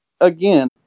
again